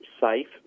safe